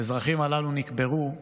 האזרחים הללו נקברו בלילה,